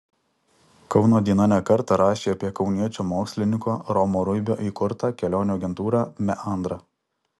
kauno diena ne kartą rašė apie kauniečio mokslininko romo ruibio įkurtą kelionių agentūrą meandra